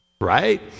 right